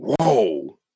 Whoa